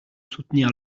soutenir